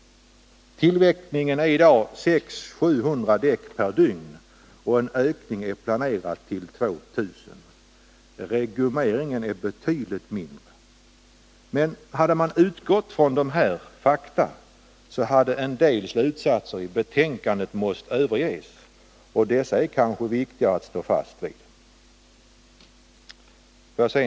Tillverkningen är i dag 600-700 däck per dygn och en ökning är planerad till 2000. Regummeringen är betydligt mindre. Men hade man utgått från dessa fakta, hade en del slutsatser i betänkandet måst överges, och det är kanske viktigare att stå fast vid dessa.